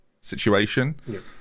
situation